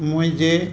मुंहिंजे